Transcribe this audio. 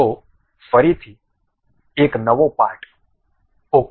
તો ફરીથી એક નવો પાર્ટ ok